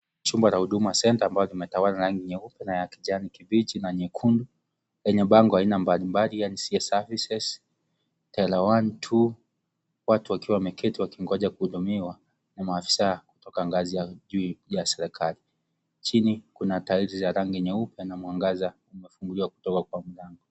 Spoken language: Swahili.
Chumba la huduma centre ambazo limetawalwa na rangi nyeupe na kijani kibichi na nyekundu lenye bango mbalimbali ya L2 watu wakiwa wameketi wakingoja kuhudumiwa na afisa mkuu .Chini limetawalwa na taili nyeupe